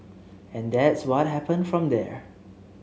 and that's what happened from there